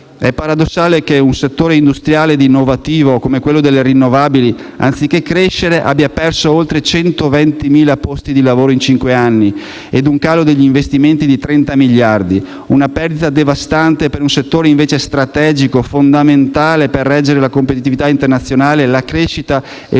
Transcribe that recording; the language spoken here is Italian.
È paradossale che un settore industriale e innovativo come quello delle rinnovabili, anziché crescere, abbia perso oltre 120.000 posti di lavoro in cinque anni e abbia visto un calo degli investimenti di 30 miliardi: una perdita devastante per un settore invece strategico e fondamentale per reggere la competitività internazionale, la crescita e